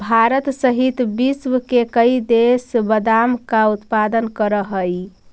भारत सहित विश्व के कई देश बादाम का उत्पादन करअ हई